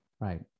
Right